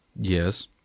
Yes